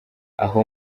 aho